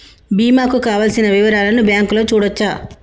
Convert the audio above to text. బీమా కు కావలసిన వివరాలను బ్యాంకులో చూడొచ్చా?